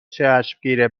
چشمگیر